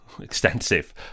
extensive